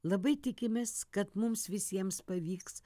labai tikimės kad mums visiems pavyks